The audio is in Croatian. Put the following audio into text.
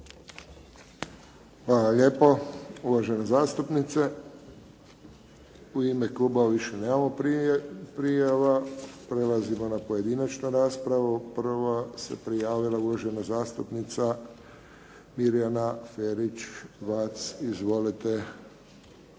lijepo uvažena zastupnice. U ime klubova više nemamo prijava. Prelazimo na pojedinačnu raspravu. Prva se prijavila uvažena zastupnica Mirjana Ferić-Vac. Izvolite.